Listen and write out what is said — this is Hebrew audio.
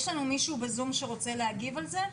יש לנו מישהו בזום שרוצה להגיב על זה?